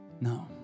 No